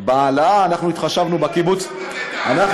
בהעלאה אנחנו התחשבנו בקיבוצניקים,